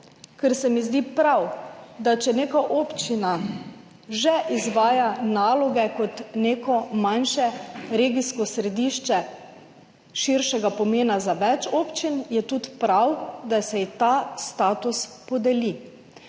ker se mi zdi prav, da če neka občina že izvaja naloge nekega manjšega regijskega središča širšega pomena za več občin, je tudi prav, da se ji ta status podeli.